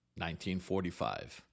1945